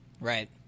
Right